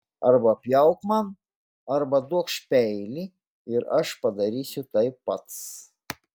arba pjauk man arba duokš peilį ir aš padarysiu tai pats